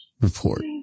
report